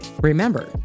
Remember